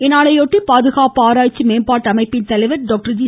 இந்நாளையொட்டி பாதுகாப்பு ஆராய்ச்சி மேம்பாட்டு அமைப்பின் தலைவர் டாக்டர் ஜி